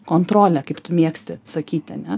kontrolę kaip tu mėgsti sakyti ane